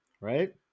right